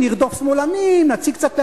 נרדוף שמאלנים, נציק קצת לערבים,